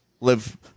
live